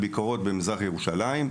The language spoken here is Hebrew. במזרח ירושלים,